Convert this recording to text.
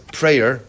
prayer